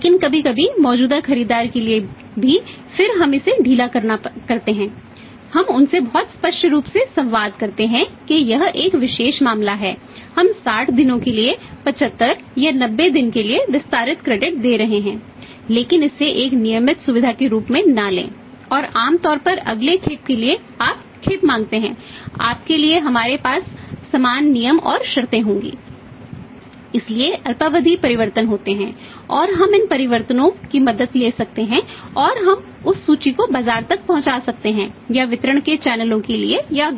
लेकिन कभी कभी मौजूदा खरीदार के लिए भी फिर हम इसे ढीला करते हैं हम उनसे बहुत स्पष्ट रूप से संवाद करते हैं कि यह एक विशेष मामला है हम 60 दिनों के लिए 75 या 90 दिनों के लिए विस्तारित क्रेडिट के लिए या